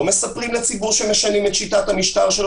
לא מספרים לציבור שמשנים את שיטת המשטר שלו